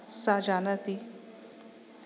सा जानाति